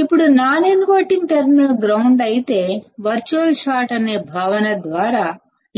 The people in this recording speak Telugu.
ఇప్పుడు నాన్ ఇన్వర్టింగ్ టెర్మినల్ గ్రౌండ్ అయితే ఇన్వర్టింగ్ టెర్మినల్ మరియు గ్రౌండ్ మధ్య భౌతిక సంబంధం లేనప్పటికీ వర్చువల్ షార్ట్ అనే భావన ద్వారా